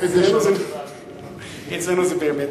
סקרן לדעת